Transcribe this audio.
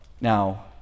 Now